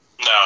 no